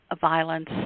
violence